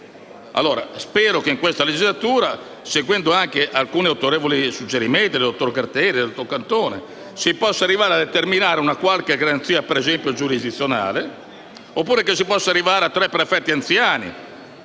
Spero che in questa legislatura, seguendo anche alcuni autorevoli suggerimenti del dottor Gratteri e del dottor Cantone, si possa arrivare a determinare una qualche garanzia giurisdizionale oppure si possa arrivare a tre prefetti anziani